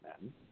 men